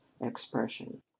expression